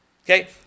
Okay